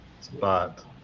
spot